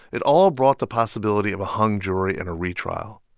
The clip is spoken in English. it all brought the possibility of a hung jury and a retrial.